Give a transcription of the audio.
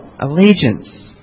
allegiance